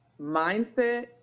mindset